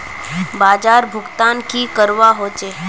बाजार भुगतान की करवा होचे?